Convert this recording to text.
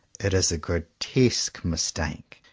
it is a gro tesque mistake.